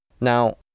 Now